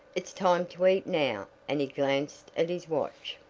it's time to eat now, and he glanced at his watch.